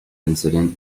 incident